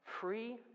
Free